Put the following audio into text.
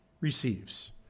receives